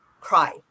cry